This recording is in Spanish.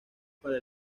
para